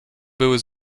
były